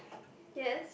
yes